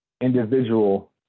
individual